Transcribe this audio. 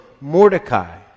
Mordecai